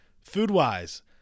Food-wise